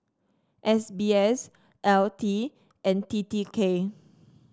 S B S L T and T T K